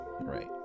right